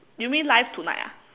you mean live tonight ah